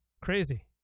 crazy